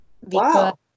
Wow